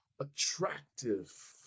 attractive